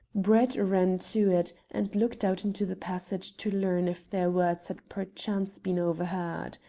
brett ran to it, and looked out into the passage to learn if their words had perchance been overheard.